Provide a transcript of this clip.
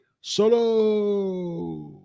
Solo